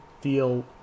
feel